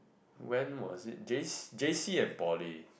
when was in J_C and poly